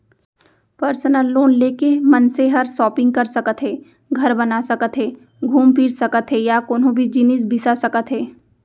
personal loan ले के मनसे हर सॉपिंग कर सकत हे, घर बना सकत हे घूम फिर सकत हे या कोनों भी जिनिस बिसा सकत हे